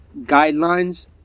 guidelines